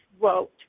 vote